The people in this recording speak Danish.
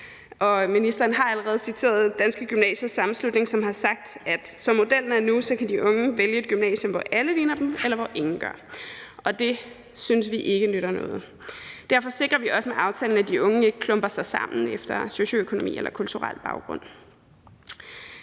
Ministeren har allerede citeret Danske Gymnasieelevers Sammenslutning, som har sagt, at som modellen er nu, kan de unge vælge et gymnasium, hvor alle ligner dem, eller hvor ingen gør. Det synes vi ikke nytter noget. Derfor sikrer vi også med aftalen, at de unge ikke klumper sig sammen på baggrund af socioøkonomi eller kulturel baggrund.